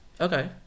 Okay